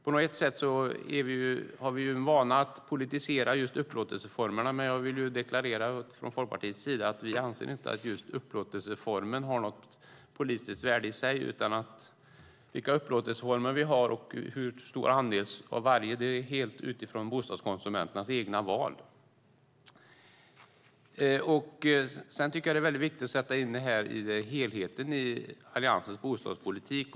På något sätt har vi en vana att politisera just upplåtelseformerna. Men jag vill från Folkpartiets sida deklarera att vi inte anser att just upplåtelseformen har något politiskt värde i sig, utan vilka upplåtelseformer vi har och hur stor andel det är av varje är helt utifrån bostadskonsumenternas egna val. Jag tycker det är viktigt att sätta in detta i helheten i Alliansens bostadspolitik.